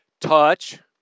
touch